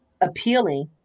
appealing